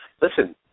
Listen